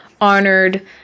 honored